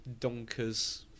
Donkers